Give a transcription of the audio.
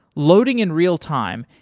loading in real-time,